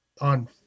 on